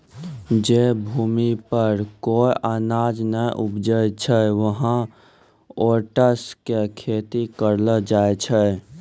जै भूमि पर कोय अनाज नाय उपजै छै वहाँ ओट्स के खेती करलो जाय छै